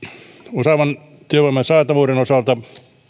osaavan työvoiman saatavuuden osalta